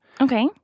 Okay